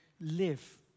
live